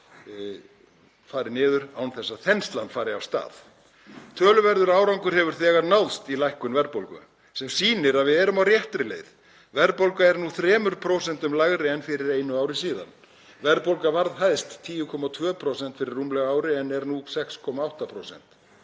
farið niður án þess að þenslan fari af stað. Töluverður árangur hefur þegar náðst í lækkun verðbólgu sem sýnir að við erum á réttri leið. Verðbólga er nú 3% lægri en fyrir einu ári síðan. Verðbólga varð hæst 10,2% fyrir rúmlega ári en er nú 6,8%.